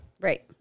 Right